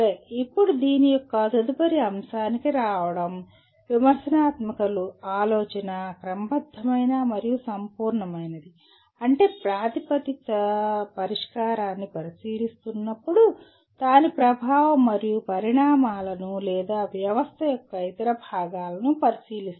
ఇప్పుడు దీని యొక్క తదుపరి అంశానికి రావడం విమర్శనాత్మక ఆలోచన క్రమబద్ధమైన మరియు సంపూర్ణమైనది అంటే ప్రతిపాదిత పరిష్కారాన్ని పరిశీలిస్తున్నప్పుడు దాని ప్రభావం మరియు పరిణామాలను లేదా వ్యవస్థ యొక్క ఇతర భాగాలను పరిశీలిస్తుంది